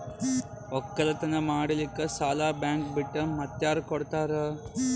ಒಕ್ಕಲತನ ಮಾಡಲಿಕ್ಕಿ ಸಾಲಾ ಬ್ಯಾಂಕ ಬಿಟ್ಟ ಮಾತ್ಯಾರ ಕೊಡತಾರ?